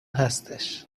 هستش